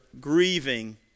grieving